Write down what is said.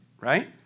right